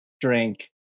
drink